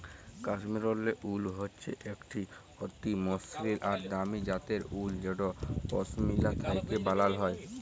কাশ্মীরলে wool হচ্যে একট অতি মসৃল আর দামি জ্যাতের উল যেট পশমিলা থ্যাকে ব্যালাল হয়